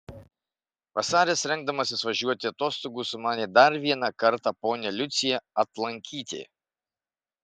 vasaris rengdamasis važiuoti atostogų sumanė dar vieną kartą ponią liuciją atlankyti